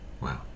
Wow